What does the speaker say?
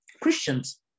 Christians